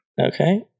okay